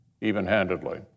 even-handedly